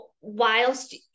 whilst